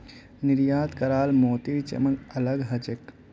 निर्यात कराल मोतीर चमक अलग ह छेक